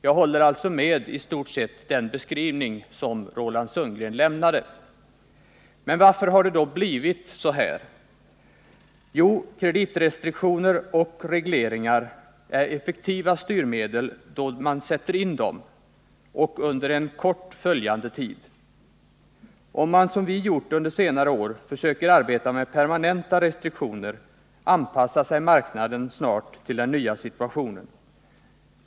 Jag håller alltså i stort sett med om den beskrivning som Roland Sundgren lämnade. Varför har det blivit så? Jo, kreditrestriktioner och regleringar är effektiva styrmedel då de sätts in och under en följande, kort tid. Om man, som vi gjort under senare år, försöker arbeta med permanenta restriktioner, anpassar sig marknaden snart till den nya situationen.